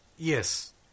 Yes